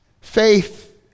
Faith